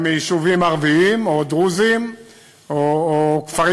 הם יישובים ערביים או דרוזיים או כפרים